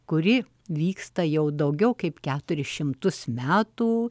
kuri vyksta jau daugiau kaip keturis šimtus metų